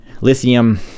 lithium